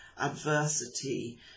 adversity